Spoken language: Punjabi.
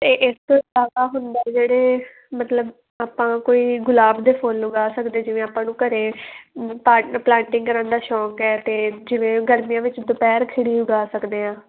ਅਤੇ ਇਸ ਤੋਂ ਇਲਾਵਾ ਹੁੰਦਾ ਹੈ ਜਿਹੜੇ ਮਤਲਬ ਆਪਾਂ ਕੋਈ ਗੁਲਾਬ ਦੇ ਫੁੱਲ ਉਗਾ ਸਕਦੇ ਹਾਂ ਜਿਵੇਂ ਆਪਾਂ ਨੂੰ ਘਰੇ ਪਾਲਟੀ ਪਲਾਂਟਿੰਗ ਕਰਨ ਦਾ ਸ਼ੌਂਕ ਹੈ ਅਤੇ ਜਿਵੇਂ ਗਰਮੀਆਂ ਵਿੱਚ ਦੁਪਹਿਰ ਖਿੜੀ ਉਗਾ ਸਕਦੇ ਹਾਂ